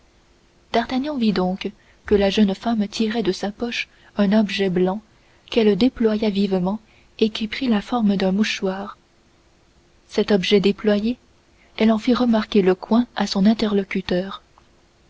nuit d'artagnan vit donc que la jeune femme tirait de sa poche un objet blanc qu'elle déploya vivement et qui prit la forme d'un mouchoir cet objet déployé elle en fit remarquer le coin à son interlocuteur